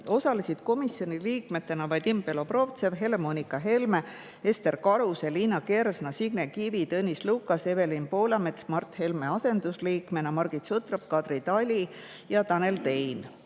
Osalesid komisjoni liikmetena Vadim Belobrovtsev, Helle-Moonika Helme, Ester Karuse, Liina Kersna, Signe Kivi, Tõnis Lukas, Evelin Poolamets Mart Helme asendusliikmena, Margit Sutrop, Kadri Tali ja Tanel Tein.